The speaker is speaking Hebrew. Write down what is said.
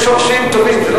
יש שורשים טובים.